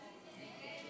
ההסתייגות